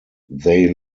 they